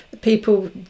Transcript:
people